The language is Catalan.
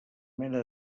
mena